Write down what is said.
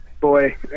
boy